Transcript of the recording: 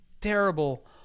terrible